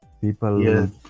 People